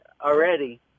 already